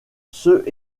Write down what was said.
ceux